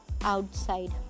outside